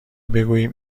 بگوییم